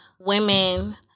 women